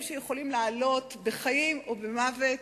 דברים שיכולים לעלות בחיים, או במוות.